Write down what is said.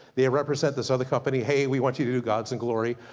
they represent this other company, hey we want you to do gods and glory,